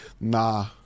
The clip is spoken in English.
Nah